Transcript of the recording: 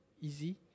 Easy